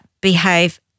behave